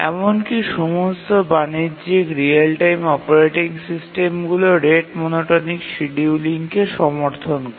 এমনকি সমস্ত বাণিজ্যিক রিয়েল টাইম অপারেটিং সিস্টেমগুলি রেট মনোটোনিক শিডিয়ুলিংকে সমর্থন করে